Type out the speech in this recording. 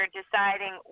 deciding